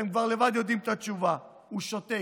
אתם כבר לבד יודעים את התשובה, הוא שותק.